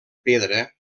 pedra